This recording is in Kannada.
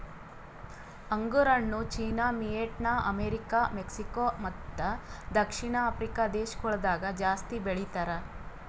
ಅಂಗುರ್ ಹಣ್ಣು ಚೀನಾ, ವಿಯೆಟ್ನಾಂ, ಅಮೆರಿಕ, ಮೆಕ್ಸಿಕೋ ಮತ್ತ ದಕ್ಷಿಣ ಆಫ್ರಿಕಾ ದೇಶಗೊಳ್ದಾಗ್ ಜಾಸ್ತಿ ಬೆಳಿತಾರ್